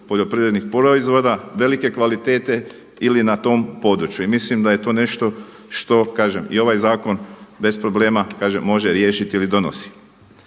poljoprivrednih proizvoda velike kvalitete ili na tom području. I mislim da je to nešto što kažem i ovaj zakon bez problema, kažem može riješiti ili donosi.